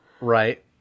Right